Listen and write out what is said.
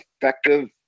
effective